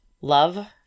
love